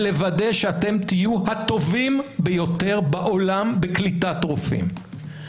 לוודא שאתם תהיו הטובים ביותר בעולם בקליטת רופאים.